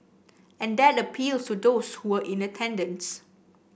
and that appeals to those who were in attendance